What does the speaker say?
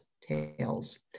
tales